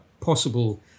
possible